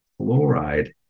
Fluoride